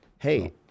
Hey